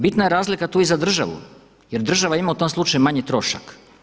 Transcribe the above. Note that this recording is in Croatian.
Bitna je razlika tu i za državu jer država ima u tom slučaju manji trošak.